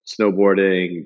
snowboarding